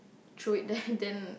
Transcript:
throw it there then